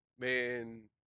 Man